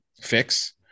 fix